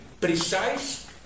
precise